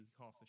half